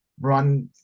run